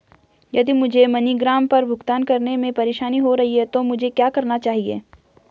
यदि मुझे मनीग्राम पर भुगतान करने में परेशानी हो रही है तो मुझे क्या करना चाहिए?